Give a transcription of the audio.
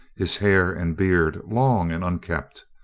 his hair and beard long and unkempt.